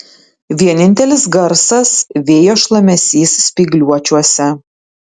vienintelis garsas vėjo šlamesys spygliuočiuose